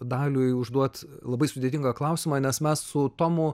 daliui užduot labai sudėtingą klausimą nes mes su tomu